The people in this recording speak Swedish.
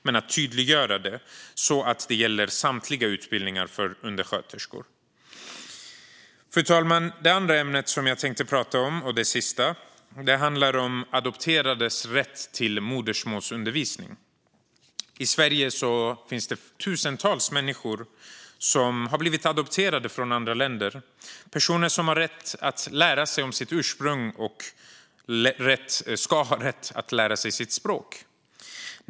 Men det måste tydliggöras så att det gäller samtliga utbildningar för undersköterskor. Fru talman! Det andra ämnet jag tänkte ta upp handlar om adopterades rätt till modersmålsundervisning. I Sverige finns tusentals människor som har blivit adopterade från andra länder. Det är personer som har rätt att lära sig om sitt ursprung och ska ha rätt att lära sig sitt språk.